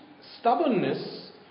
stubbornness